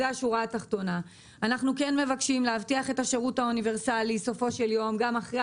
אנחנו מבקשים להבטיח את השירות האוניברסלי אבל שואלים